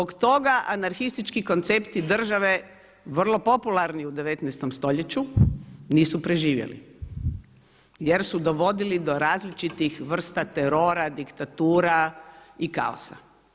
Zbog toga anarhistički koncepti države, vrlo popularni u 19. stoljeću nisu preživjeli jer su dovodili do različitih vrsta terora, diktatura i kaosa.